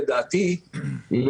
לדעתי,